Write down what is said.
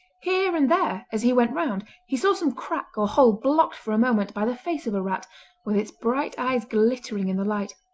here and there as he went round he saw some crack or hole blocked for a moment by the face of a rat with its bright eyes glittering in the light,